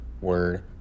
word